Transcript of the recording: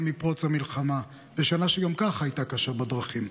מפרוץ המלחמה בשנה שגם כך הייתה קשה בדרכים.